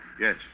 Yes